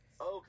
Okay